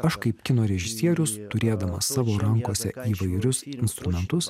aš kaip kino režisierius turėdamas savo rankose įvairius instrumentus